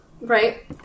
right